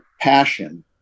Passion